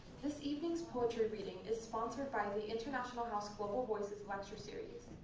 this evening's poetry reading is sponsored by the international house global voices lecture series,